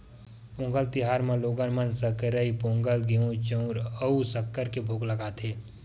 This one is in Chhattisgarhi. पोंगल तिहार म लोगन मन सकरई पोंगल, घींव, चउर अउ सक्कर के भोग लगाथे